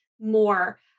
more